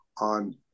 on